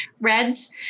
reds